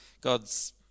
God's